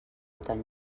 tan